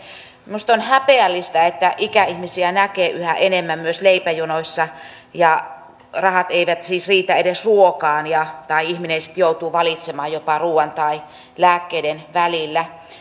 minusta on häpeällistä että ikäihmisiä näkee yhä enemmän myös leipäjonoissa ja rahat eivät siis riitä edes ruokaan tai sitten ihminen joutuu valitsemaan jopa ruuan tai lääkkeiden välillä